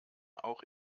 auch